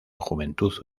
juventud